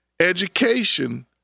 Education